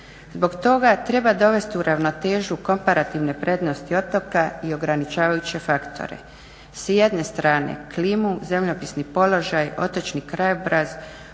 Zbog toga treba dovesti u ravnotežu komparativne prednosti otoka i ograničavajuće faktore, s jedne strane klimu, zemljopisni položaj, otočni krajobraz,